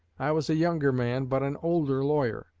i was a younger man, but an older lawyer.